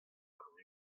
warn